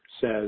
says